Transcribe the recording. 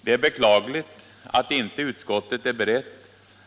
Det är beklagligt att inte utskottet är berett